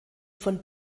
von